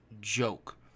joke